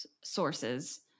Sources